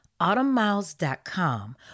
autumnmiles.com